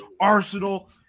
Arsenal